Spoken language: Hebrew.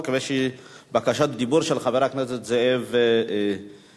ויש בקשת דיבור של חבר הכנסת זאב נסים,